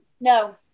no